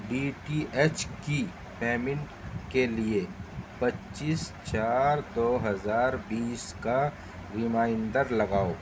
D T H کی payment کے لیے پچیس چار دو ہزار بیس کا ریمائنڈر لگاؤ